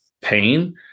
pain